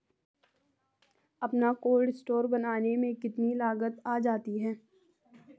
अपना cold store बनाने में कितनी लागत आ जाती है?